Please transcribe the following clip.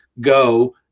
go